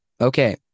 Okay